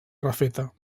refeta